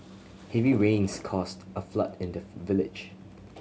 heavy rains caused a flood in the village